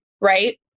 right